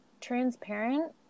transparent